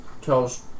tells